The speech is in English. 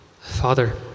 Father